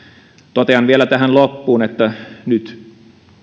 totean vielä tähän loppuun että nyt